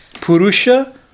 purusha